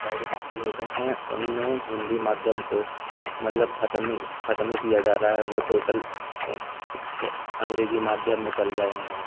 private school होते हैं उन में हिन्दी माध्यम को मतलब ख़त्म ही ख़त्म ही किया जा रहा है वो टोटल अंग्रेज़ी माध्यम में चल रहे हैं